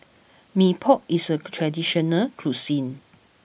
Mee Pok is a traditional cuisine